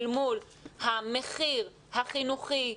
אל מול המחיר החינוכי,